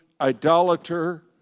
idolater